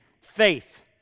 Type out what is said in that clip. faith